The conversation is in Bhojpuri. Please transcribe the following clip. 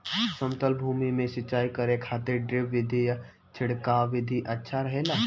समतल भूमि में सिंचाई करे खातिर ड्रिप विधि या छिड़काव विधि अच्छा रहेला?